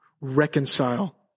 reconcile